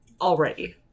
already